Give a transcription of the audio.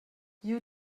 you